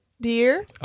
dear